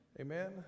Amen